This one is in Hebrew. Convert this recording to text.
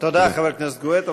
תודה, חבר הכנסת גואטה.